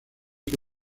que